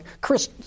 Chris